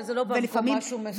אבל זה לא בא במקום משהו מסודר.